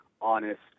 honest